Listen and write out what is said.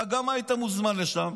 אתה גם היית מוזמן לשם,